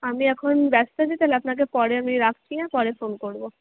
আমি এখন ব্যস্ত আছি তাহলে আপনাকে পরে আমি রাখছি হ্যাঁ পরে ফোন করবো